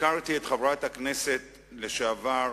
הכרתי את חברת הכנסת לשעבר